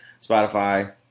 Spotify